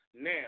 Now